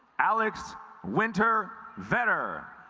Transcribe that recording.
alex winter vetter